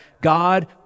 God